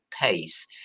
pace